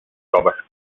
coves